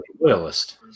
loyalist